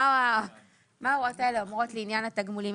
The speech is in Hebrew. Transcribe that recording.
מה ההוראות האלה אומרות לעניין התגמולים.